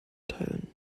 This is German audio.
teilen